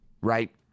right